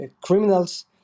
criminals